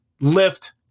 lift